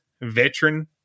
veteran